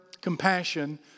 compassion